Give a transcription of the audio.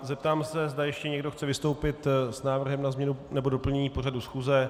Zeptám se, zda ještě chce někdo vystoupit s návrhem na změnu nebo doplnění pořadu schůze.